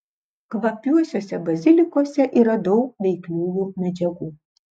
kvapiuosiuose bazilikuose yra daug veikliųjų medžiagų